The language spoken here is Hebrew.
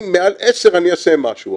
אם מעל 10 אני אעשה משהו,